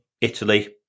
Italy